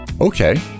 Okay